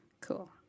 Cool